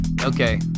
Okay